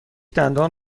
دندان